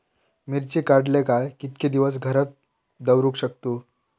मिर्ची काडले काय कीतके दिवस घरात दवरुक शकतू?